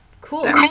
Cool